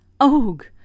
og